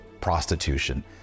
prostitution